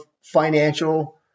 financial